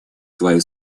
свою